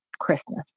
Christmas